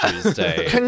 Tuesday